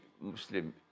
Muslim